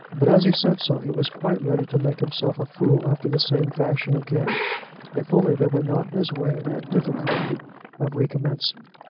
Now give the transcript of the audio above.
but as he said so he was quite ready to make himself a fool after the same fashion again if only there were not in his way that difficulty of recommencing.